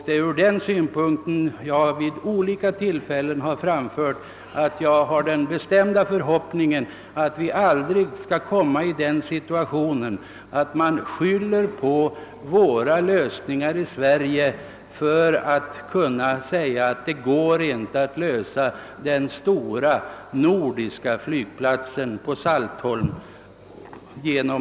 Det är därför jag vid olika tillfällen framfört min bestämda förhoppning att vi aldrig genom våra åtgärder skall komma i den situationen att de lösningar av flygplatsproblemen som vi i Sverige beslutar oss för skall göra det omöjligt att anlägga en stor nordisk flygplats på Saltholm.